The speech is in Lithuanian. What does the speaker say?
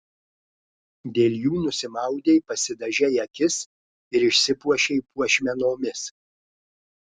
dėl jų nusimaudei pasidažei akis ir išsipuošei puošmenomis